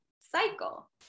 cycle